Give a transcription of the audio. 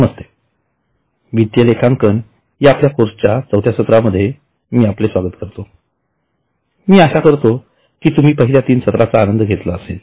नमस्तेवित्तीय लेखांकन या आपल्या कोर्सच्या चौथ्या सत्रामध्ये आपले स्वागत आहे मला आशा करतो कि तुम्ही पहिल्या तीन सत्राचा आनंद घेतला असेल